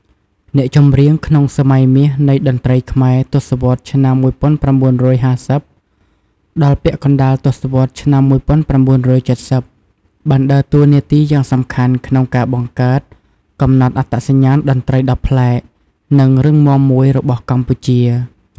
អ្នកចម្រៀងក្នុង សម័យមាសនៃតន្ត្រីខ្មែរ ទសវត្សរ៍ឆ្នាំ១៩៥០ ដល់ពាក់កណ្តាលទសវត្សរ៍ឆ្នាំ១៩៧០ បានដើរតួនាទីយ៉ាងសំខាន់ក្នុងការបង្កើត កំណត់អត្តសញ្ញាណតន្ត្រីដ៏ប្លែក និងរឹងមាំមួយរបស់កម្ពុជា។